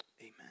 Amen